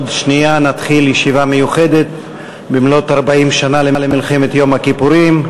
עוד שנייה נתחיל ישיבה מיוחדת במלאות 40 שנה למלחמת יום הכיפורים.